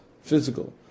physical